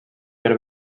per